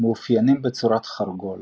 מאופיינים בצורת חרגול